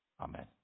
Amen